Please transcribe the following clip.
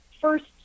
first